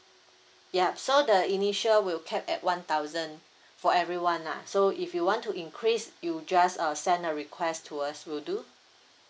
yup so the initial will cap at one thousand for everyone lah so if you want to increase you just uh send a request to us will do